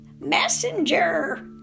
Messenger